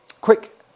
Quick